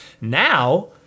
now